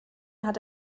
hat